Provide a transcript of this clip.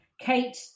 Kate